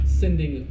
sending